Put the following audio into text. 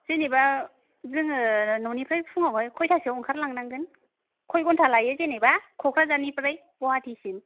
जेनेबा जोङो न'निफ्राय फुङावहाय खयथासोयाव ओंखारलांनांगोन खय घण्टा लायो जेनेबा क'क्राझारनिफ्राय गुवाटिसिम